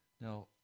Now